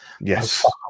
yes